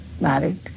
married